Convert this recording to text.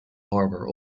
harbor